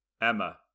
Emma